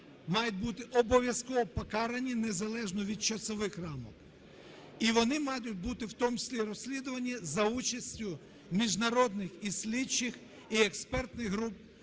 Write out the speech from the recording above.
мають бути обов'язково покарані незалежно від часових рамок і вони мають бути в тому числі і розслідуванні за участю міжнародних і слідчих, і експертних груп,